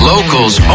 Locals